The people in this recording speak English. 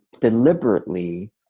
deliberately